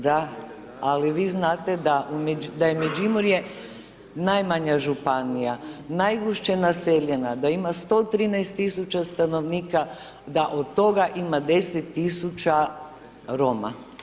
Da, ali vi znate da je Međimurje, najmanja županija, najgušće naseljena, da ima 113 tisuća stanovnika, da od toga ima 10 tisuća Roma.